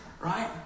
right